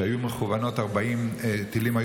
כשהיו מכוונים 40 טילים,